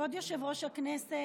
כבוד יושב-ראש הכנסת,